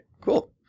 cool